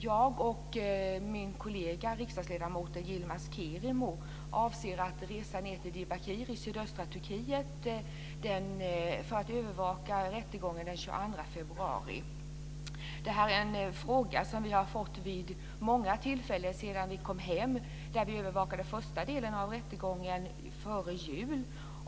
Jag och min kollega riksdagsledamoten Yilmaz Kerimo avser att resa ned till Diyarbakir i sydöstra Turkiet för att övervaka rättegången den 22 februari. Det är en fråga som vi har fått vid många tillfällen sedan vi kom hem, då vi övervakade första delen av rättegången före jul.